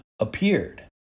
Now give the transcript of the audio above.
Appeared